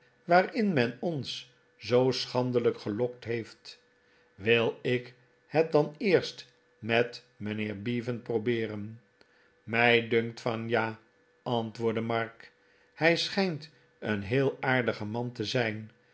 waarin men ons zoo schandelijk gelokt heeft wil ik het dan eerst met mijnheer bevan probeeren mij dunkt van ja antwoordde mark hij schijnt een heel aardige man te zijn